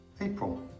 april